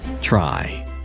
Try